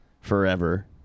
forever